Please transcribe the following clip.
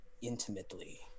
Intimately